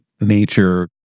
nature